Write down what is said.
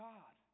God